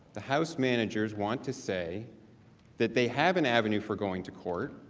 the house managers want to say that they have an avenue for going to court.